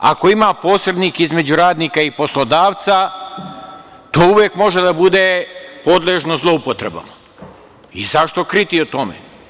Ako ima posrednik između radnika i poslodavca to uvek može da bude podležno zloupotrebama i zašto kriti o tome?